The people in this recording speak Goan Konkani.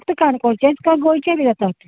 फक्त काणकोणचेंच काय गोंयचे बी जाता